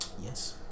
Yes